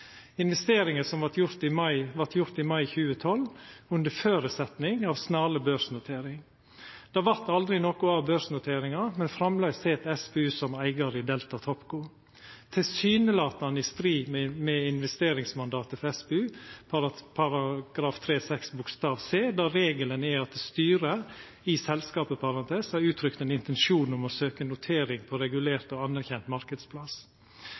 vart gjort i mai 2012 under føresetnad av snarleg børsnotering. Det vart aldri noko av børsnoteringa, men framleis sit SPU som eigar i Delta Topco, tilsynelatande i strid med investeringsmandatet for SPU § 3-6 c), der regelen er at styret i selskapet «har uttrykt en intensjon om å søke notering på regulert og anerkjent markedsplass».